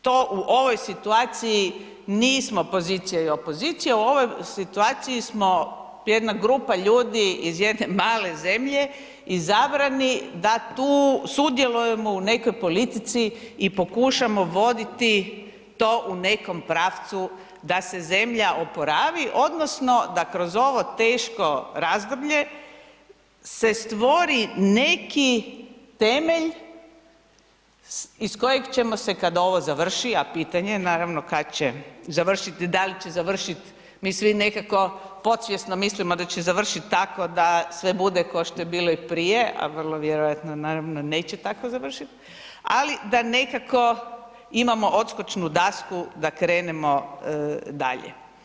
To u ovoj situaciji nismo pozicija i opozicija, u ovoj situaciji smo jedna grupa ljudi iz jedne male zemlje i zabrani da tu sudjelujemo u nekoj politici i pokušamo voditi to u nekom pravcu da se zemlja oporavi odnosno da kroz ovo teško razdoblje se stvori neki temelj iz kojeg ćemo se kad ovo završi, a pitanje je naravno kad će završiti, da li će završiti, mi svi nekako podsvjesno mislimo da će završiti tako da sve bude kao što je bilo i prije, a vrlo vjerojatno naravno neće tako završiti, ali da nekako imamo odskočnu dasku da krenemo dalje.